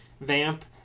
Vamp